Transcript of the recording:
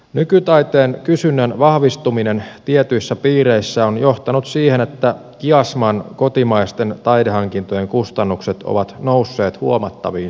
nykytaiteen kysynnän vahvistuminen tietyissä piireissä on johtanut siihen että kiasman kotimaisten taidehankintojen kustannukset ovat nousseet huomattaviin summiin